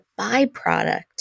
byproduct